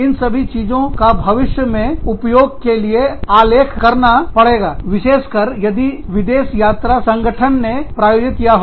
इन सब चीजों का भविष्य में उपयोग के लिए आलेखन करना पड़ेगा विशेष कर यदि विदेश यात्रा संगठन ने प्रायोजित किया हो